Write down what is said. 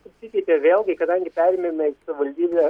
pasikeitė vėlgi kadangi perimėme iš savivaldybė